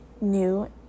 new